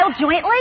jointly